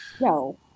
No